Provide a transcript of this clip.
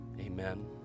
amen